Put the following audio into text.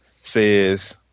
says